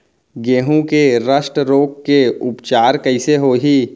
गेहूँ के रस्ट रोग के उपचार कइसे होही?